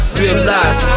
realize